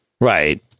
Right